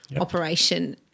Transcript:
operation